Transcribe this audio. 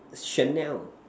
Chanel